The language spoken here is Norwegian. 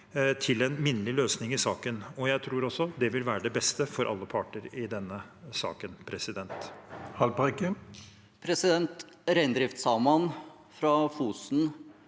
til en minnelig løsning i saken, og jeg tror også det vil være det beste for alle parter i denne saken. Lars